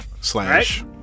slash